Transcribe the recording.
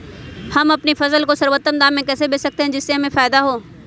हम अपनी फसल को सर्वोत्तम दाम में कैसे बेच सकते हैं जिससे हमें फायदा हो?